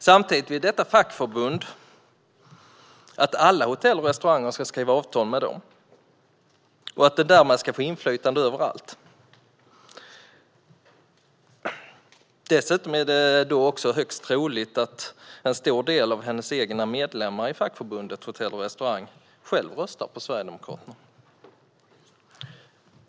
Samtidigt vill detta fackförbund att alla hotell och restauranger ska skriva avtal med dem och att de därmed ska få inflytande överallt. Dessutom är det högst troligt att en stor del av medlemmarna i Hotell och restaurangfacket själva röstar på Sverigedemokraterna.